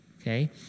okay